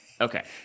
Okay